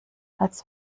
als